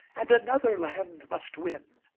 and another land must win.